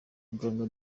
muganga